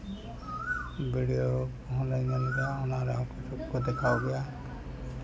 video ᱠᱚᱦᱚᱸᱞᱮ ᱧᱮᱞ ᱜᱮᱭᱟ ᱚᱱᱟ ᱨᱮᱦᱚᱸ ᱠᱚ ᱫᱮᱠᱷᱟᱣ ᱜᱮᱭᱟ